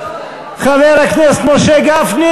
חבר הכנסת משה גפני,